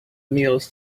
meals